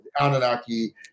Anunnaki